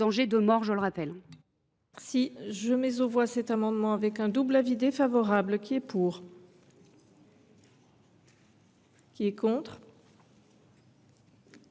je le rappelle,